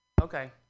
Okay